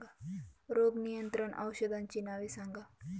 रोग नियंत्रण औषधांची नावे सांगा?